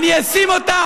אני אשים אותה